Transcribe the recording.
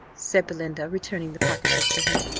said belinda, returning the pocket-book to him,